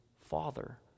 Father